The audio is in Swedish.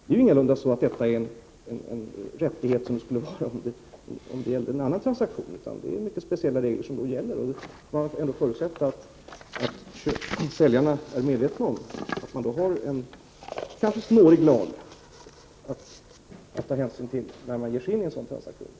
Detta är ingalunda en rättighet, som det skulle vara om det gällde en annan transaktion, utan det är mycket speciella regler som gäller här. Vi får förutsätta att säljarna är medvetna om att man har en lag som kanske är snårig att ta hänsyn till när man ger sig in i en sådan transaktion.